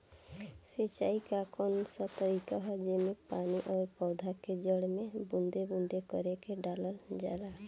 सिंचाई क कउन सा तरीका ह जेम्मे पानी और पौधा क जड़ में बूंद बूंद करके डालल जाला?